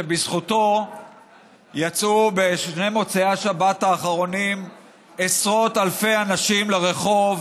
שבזכותו יצאו בשני מוצאי השבת האחרונים עשרות אלפי אנשים לרחוב,